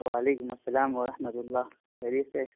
وعلیکم السلام ورحمۃ اللہ خیریت سے